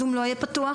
הזום לא יהיה פתוח,